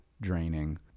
draining